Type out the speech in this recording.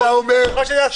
אתה מוכן שזה יהיה עסקים,